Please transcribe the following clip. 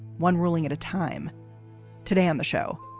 one ruling at a time today on the show,